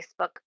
Facebook